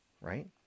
right